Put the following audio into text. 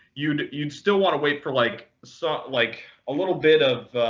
you'd you'd still want to wait for like so like a little bit of